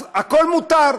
אז הכול מותר.